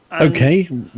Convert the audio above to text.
Okay